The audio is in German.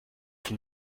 von